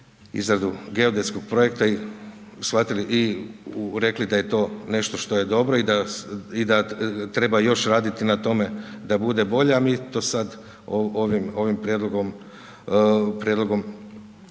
izradu geodetskog projekta i shvatili i rekli da je to nešto što je dobro i da treba još raditi na tome da bude bolje, a mi to sada ovim prijedlogom